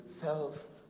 first